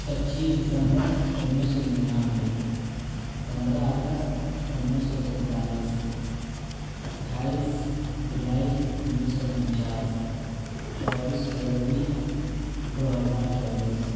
پچیس دسمبر انیس سو ننانوے پندرہ اگست انیس سو سنتالیس اٹھائیس جولائی انیس سو انچاس چوبیس فروری دو ہزار چوبیس